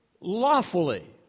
lawfully